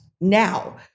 now